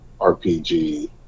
rpg